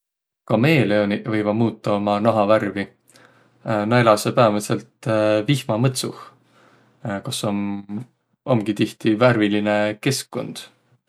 Kameeleoniq võivaq muutaq umma nahavärvi. Nä eläseq päämädselt vihmamõtsuh, kos om omgi tihti värviline keskkund.